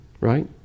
right